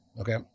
okay